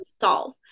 solve